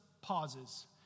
pauses